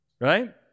right